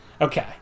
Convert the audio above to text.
Okay